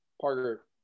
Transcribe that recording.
Parker